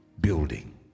building